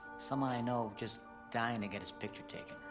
someone i know just dying to get his picture taken.